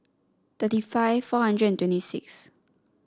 thirty five four hundred and twenty six